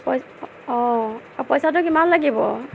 পই অঁ পইচাটো কিমান লাগিব